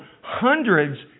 hundreds